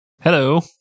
hello